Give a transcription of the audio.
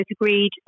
agreed